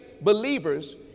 believers